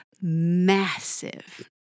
massive